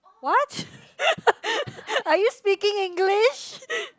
what are you speaking English